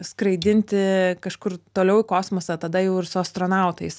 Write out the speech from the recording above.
skraidinti kažkur toliau į kosmosą tada jau ir su astronautais